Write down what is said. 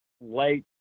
late